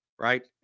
right